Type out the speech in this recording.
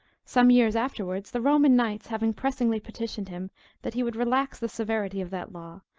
some years afterwards, the roman knights having pressingly petitioned him that he would relax the severity of that law,